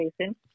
Jason